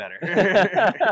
better